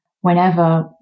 whenever